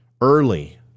early